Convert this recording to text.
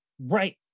Right